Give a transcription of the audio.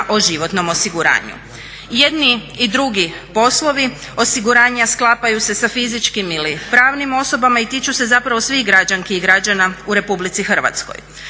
o životnom osiguranju. Jedni i drugi poslovi osiguranja sklapaju se sa fizičkim ili pravnim osobama i tiču se zapravo svih građanki i građana u Republici Hrvatskoj.